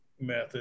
method